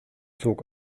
zog